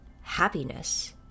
happiness